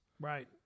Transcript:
right